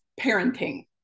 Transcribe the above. parenting